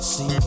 See